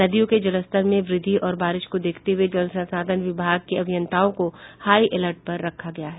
नदियों के जलस्तर में वृद्धि और बारिश को देखते हुए जल संसाधन विभाग के अभियंताओं को हाई अलर्ट पर रखा गया है